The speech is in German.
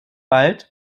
bald